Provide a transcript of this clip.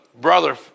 brother